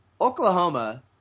Oklahoma